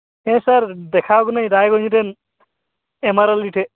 ᱦᱮᱸ ᱥᱟᱨ ᱫᱮᱠᱷᱟᱣ ᱠᱟᱹᱱᱟᱹᱧ ᱨᱟᱭᱜᱚᱧᱡ ᱨᱮ ᱮᱢᱟᱨᱳᱞᱚᱡᱤ ᱴᱷᱮᱱ